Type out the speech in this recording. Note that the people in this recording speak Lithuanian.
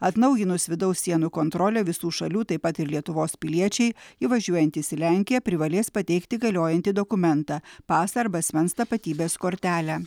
atnaujinus vidaus sienų kontrolę visų šalių taip pat ir lietuvos piliečiai įvažiuojantys į lenkiją privalės pateikti galiojantį dokumentą pasą arba asmens tapatybės kortelę